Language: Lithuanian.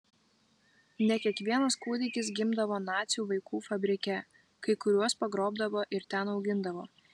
ne kiekvienas kūdikis gimdavo nacių vaikų fabrike kai kuriuos pagrobdavo ir ten augindavo